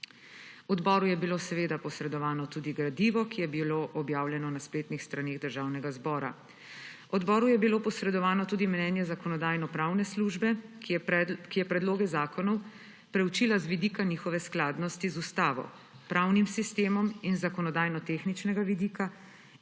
Odboru je bilo posredovano tudi gradivo, ki je bilo objavljeno na spletnih straneh Državnega zbora. Odboru je bilo posredovano tudi mnenje Zakonodajno-pravne službe, ki je predloge zakonov preučila z vidika njihove skladnosti z ustavo, pravnim sistemom in zakonodajnotehničnega vidika